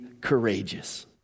courageous